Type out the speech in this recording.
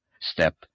Step